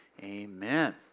Amen